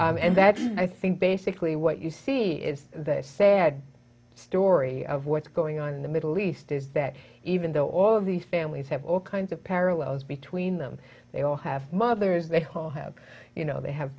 not and that's i think basically what you see is the sad story of what's going on in the middle east is that even though all of these families have all kinds of parallels between them they all have mothers they whole have you know they have